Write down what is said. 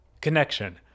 connection